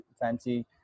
fancy